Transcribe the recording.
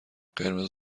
قرمز